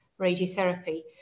radiotherapy